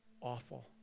awful